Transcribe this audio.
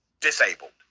disabled